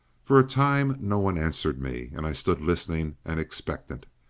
for a time no one answered me, and i stood listening and expectant,